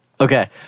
Okay